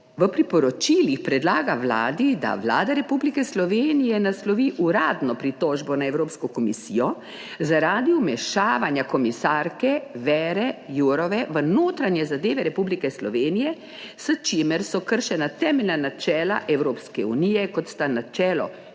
v priporočilih predlaga Vladi, da Vlada Republike Slovenije naslovi uradno pritožbo na Evropsko komisijo zaradi vmešavanja komisarke Věre Jourove v notranje zadeve Republike Slovenije, s čimer so kršena temeljna načela Evropske unije kot sta načelo